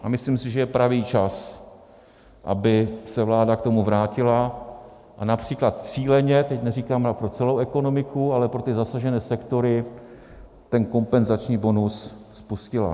A myslím si, že je pravý čas, aby se vláda k tomu vrátila a například cíleně, teď neříkám pro celou ekonomiku, ale pro ty zasažené sektory ten kompenzační bonus spustila.